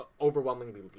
overwhelmingly